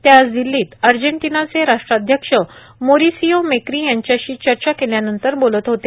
ते आज दिल्लीत अर्जेटिनाचे राष्ट्राध्यक्ष मोरिसियो मेक्री यांच्याशी चर्चा केल्यानंतर बोलत होते